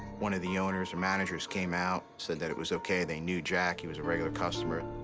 one of the owners or managers came out, said that it was okay. they knew jack. he was a regular customer.